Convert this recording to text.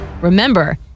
Remember